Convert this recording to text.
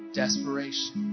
desperation